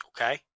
Okay